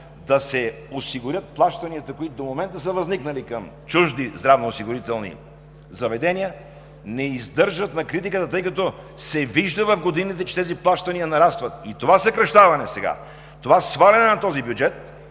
да се осигурят плащанията, които до момента са възникнали към чужди здравноосигурителни заведения, не издържат на критиката, тъй като се вижда в годините, че тези плащания нарастват. Сега това съкращаване, това сваляне на този бюджет